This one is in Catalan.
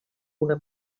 una